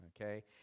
okay